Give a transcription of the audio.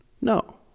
No